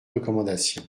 recommandation